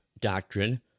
doctrine